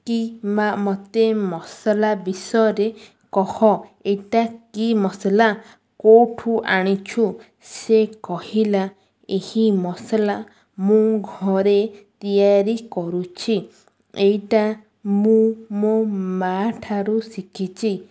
କି ମା' ମୋତେ ମସଲା ବିଷୟରେ କହ ଏଇଟା କି ମସଲା କେଉଁଠୁ ଆଣିଛୁ ସେ କହିଲା ଏହି ମସଲା ମୁଁ ଘରେ ତିଆରି କରୁଛି ଏଇଟା ମୁଁ ମୋ ମା' ଠାରୁ ଶିଖିଛି